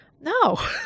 no